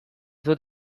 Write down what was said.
dut